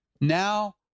Now